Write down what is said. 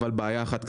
אבל בעיה אחת קטנה.